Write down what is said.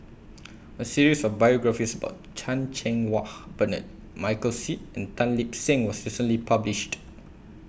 A series of biographies about Chan Cheng Wah Bernard Michael Seet and Tan Lip Seng was recently published